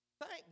Thank